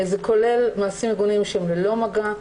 זה כולל מעשים מגונים שהם ללא מגע,